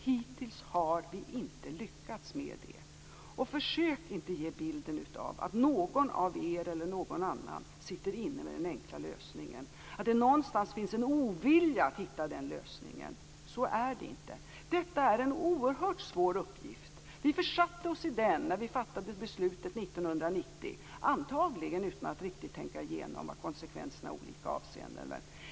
Hittills har vi inte lyckats med det. Försök inte ge bilden av att någon av er eller någon annan sitter inne med den enkla lösningen och att det någonstans finns en ovilja att hitta den lösningen. Så är det inte. Detta är en oerhört svår uppgift. Vi försatte oss i den situationen när vi fattade beslutet 1990, antagligen utan att riktigt tänka igenom vad konsekvenserna i olika avseenden blev.